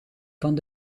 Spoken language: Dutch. van